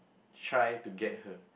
try to get her